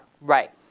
Right